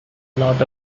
lot